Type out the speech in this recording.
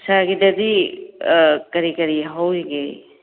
ꯁꯥꯔꯒꯤꯗꯗꯤ ꯀꯔꯤ ꯀꯔꯤ ꯍꯧꯔꯤꯒꯦ